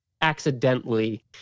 accidentally